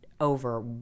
over